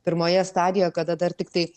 pirmoje stadijoje kada dar tiktai